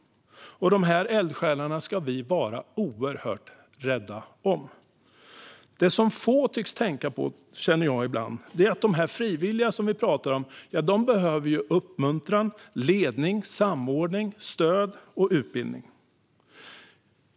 De eldsjälarna ska vi vara oerhört rädda om. Det som få tycks tänka på, känner jag ibland, är att de frivilliga som vi talar om behöver uppmuntran, ledning, samordning, stöd och utbildning.